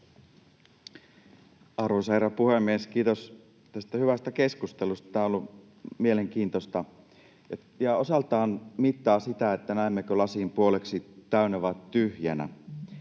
Arvoisa herra puhemies! Kiitos tästä hyvästä keskustelusta. Tämä on ollut mielenkiintoista ja osaltaan mittaa sitä, näemmekö lasin puoliksi täynnä vai tyhjänä.